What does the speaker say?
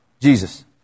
Jesus